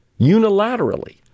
unilaterally